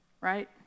right